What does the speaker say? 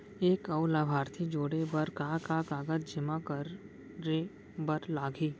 एक अऊ लाभार्थी जोड़े बर का का कागज जेमा करे बर लागही?